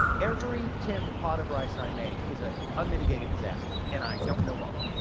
every tenth pot of rice i make is a unmitigated disaster and i don't know why.